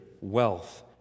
wealth